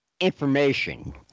information